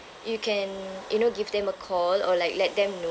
you can you know give them a call or like let them know